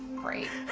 great.